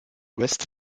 west